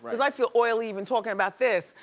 cause i feel oily even talking about this.